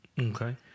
Okay